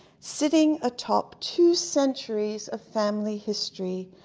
sitting atop two centuries of family history,